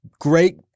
great